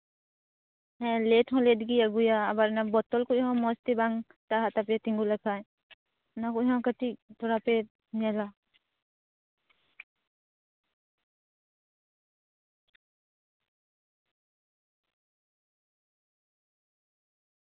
ᱦᱮᱸ ᱞᱮᱴ ᱦᱚᱸ ᱞᱮᱴ ᱜᱮᱭ ᱟᱜᱩᱭᱟ ᱟᱵᱟᱨ ᱚᱱᱟ ᱵᱚᱛᱚᱞ ᱠᱚ ᱦᱚᱸ ᱢᱚᱡᱽ ᱛᱮ ᱵᱟᱝ ᱴᱟᱨᱦᱟᱜ ᱛᱟᱯᱮᱭᱟ ᱛᱤᱢᱜᱩ ᱞᱮᱠᱷᱟᱱ ᱚᱱᱟ ᱠᱚ ᱦᱚᱸ ᱠᱟᱹᱴᱤᱡ ᱛᱷᱚᱲᱟᱯᱮ ᱧᱮᱞᱟ